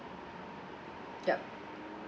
yup